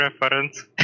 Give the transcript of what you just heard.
reference